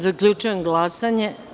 Zaključujem glasanje.